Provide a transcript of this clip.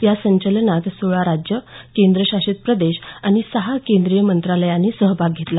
या संचलनात सोळा राज्यं केंद्रशासित प्रदेश आणि सहा केंद्रीय मंत्रालयांनी सहभाग घेतला